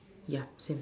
ya same